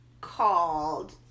called